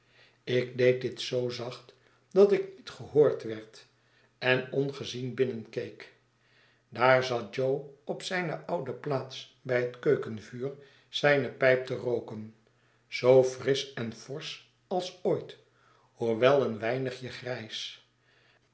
ik deed dit zoo zacht dat ik nietgehoord werd en ongezien binnenkeek daar zat jo op zijne oude plaats bij het keukenvuur zijne pijp te rooken zoo frisch en forsch als ooit hoewel een weinigje grijs